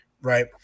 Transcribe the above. right